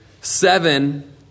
seven